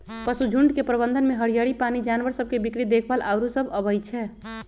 पशुझुण्ड के प्रबंधन में हरियरी, पानी, जानवर सभ के बीक्री देखभाल आउरो सभ अबइ छै